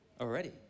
already